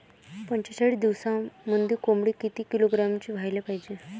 पंचेचाळीस दिवसामंदी कोंबडी किती किलोग्रॅमची व्हायले पाहीजे?